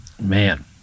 man